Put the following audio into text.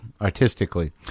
artistically